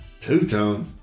Two-tone